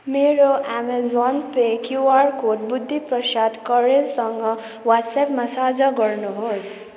मेरो Amazon Pay QR code Buddhi Prasad कँडेलसँग वाट्सएपमा साझा गर्नुहोस्